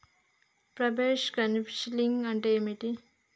ప్రవేశ కౌన్సెలింగ్ అంటే ఏమిటి?